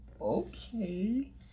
Okay